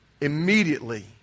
Immediately